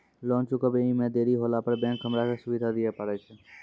Loan चुकब इ मे देरी होला पर बैंक हमरा की सुविधा दिये पारे छै?